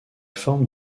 forme